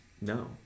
No